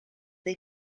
they